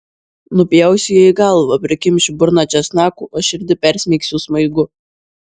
nupjausiu jai galvą prikimšiu burną česnakų o širdį persmeigsiu smaigu